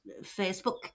Facebook